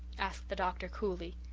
asked the doctor coolly.